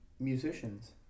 Musicians